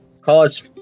College